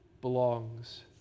belongs